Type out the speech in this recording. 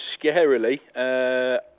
scarily